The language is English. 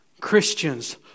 Christians